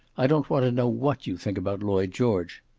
i don't want to know what you think about lloyd george.